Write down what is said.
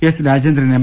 S Rajendran M